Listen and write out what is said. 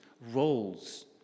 roles